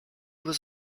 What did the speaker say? was